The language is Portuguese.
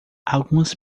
algumas